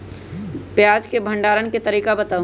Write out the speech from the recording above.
प्याज के भंडारण के तरीका बताऊ?